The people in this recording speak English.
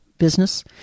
Business